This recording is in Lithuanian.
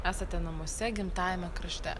esate namuose gimtajame krašte